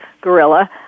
gorilla